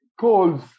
calls